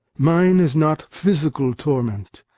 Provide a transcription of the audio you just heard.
mine is not physical torment.